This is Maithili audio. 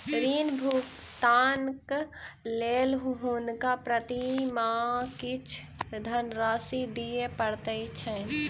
ऋण भुगतानक लेल हुनका प्रति मास किछ धनराशि दिअ पड़ैत छैन